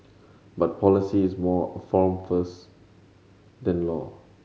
but policy is more amorphous than law